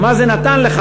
מה זה מאזן,